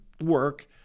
work